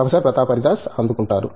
professor Pratap Haridas అందుకుంటారు